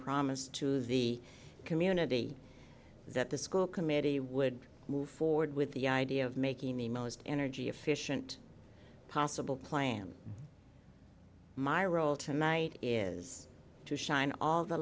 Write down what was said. promise to the community that the school committee would move forward with the idea of making the most energy efficient possible plan my role tonight is to shine all the